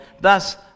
Thus